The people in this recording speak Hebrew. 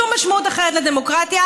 אין שום משמעות אחרת לדמוקרטיה,